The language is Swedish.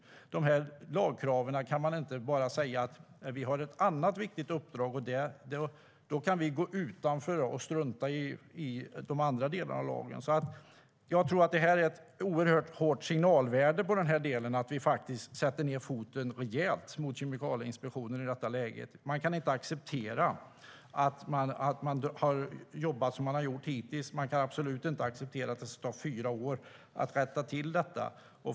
När det gäller lagkraven kan man inte bara säga att man har ett viktigt uppdrag och att man därför kan gå utanför och strunta i de andra delarna av lagen. Jag tror alltså att det finns ett oerhört stort signalvärde i att faktiskt sätta ned foten rejält mot Kemikalieinspektionen i detta läge. Vi kan inte acceptera att man har jobbat som man har gjort hittills, och vi kan absolut inte acceptera att det ska ta fyra år att rätta till detta.